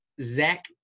Zach